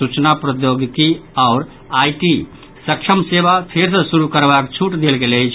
सूचना प्रौद्योगिकी आओर आईटी सक्षम सेवा फेर सॅ शुरू करबाक छूट देल गेल अछि